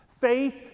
Faith